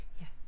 Yes